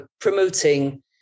promoting